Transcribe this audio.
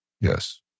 yes